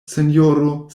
sinjoro